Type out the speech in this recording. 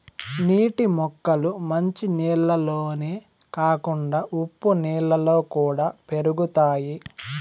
నీటి మొక్కలు మంచి నీళ్ళల్లోనే కాకుండా ఉప్పు నీళ్ళలో కూడా పెరుగుతాయి